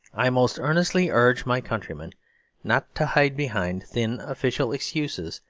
i most earnestly urge my countrymen not to hide behind thin official excuses,